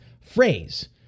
phrase